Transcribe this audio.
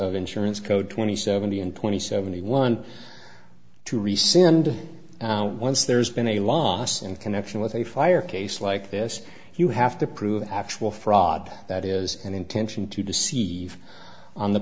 of insurance code twenty seven and twenty seventy one to rescind once there's been a long lost in connection with a fire case like this you have to prove actual fraud that is an intention to deceive on the